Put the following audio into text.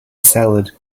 salad